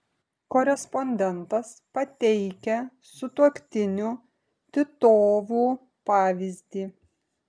korespondentas pateikia sutuoktinių titovų pavyzdį